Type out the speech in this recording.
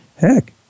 heck